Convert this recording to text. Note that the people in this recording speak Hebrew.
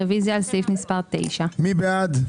רוויזיה על סעיף מספר 9. מי בעד?